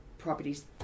properties